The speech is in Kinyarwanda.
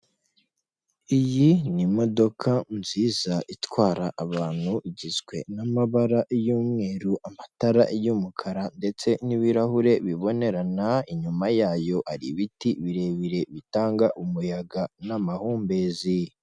Iyi ni imodoka nziza itwara abantu, igizwe n'amabara y'umweru, amatara y'umukara ndetse n'ibirahure bibonerana, inyuma yayo hari ibiti birebire bitanga umuyaga n'amahumbezi.